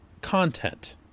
content